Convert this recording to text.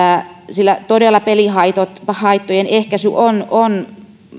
sillä pelihaittojen pelihaittojen ehkäisy on on todella